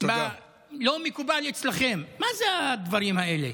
לא מקובל אצלכם, מה זה הדברים האלה?